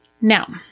Now